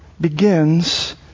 begins